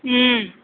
ওম